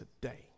today